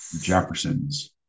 jefferson's